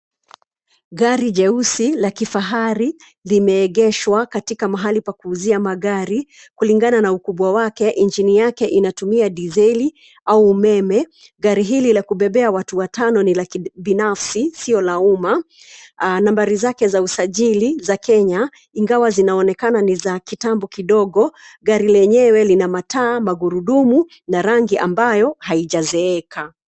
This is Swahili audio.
Gari jeusi la kifahari limeegeshwa katika mahali pa kuuzia magari kulingana na ukubwa wake, injini yake inatumia dizeli au umeme. Gari hili la kubebea watu watano ni la kibinafsi sio la umma. Nambari zake za usajili za kenya ingawa zinaonekana ni za kitambo kidogo. Gari lenyewe lina mataa, magurudumu na rangi ambayo haijazeeka.